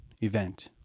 event